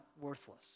worthless